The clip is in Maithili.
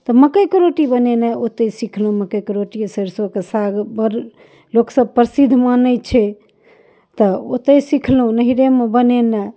तऽ मकइके रोटी बनेनाइ ओतहि सिखलहुँ मकइके रोटी आओर सरिसोँके साग बड़ लोकसब प्रसिद्ध मानै छै तऽ ओतहि सिखलहुँ नहिरेमे बनेनाइ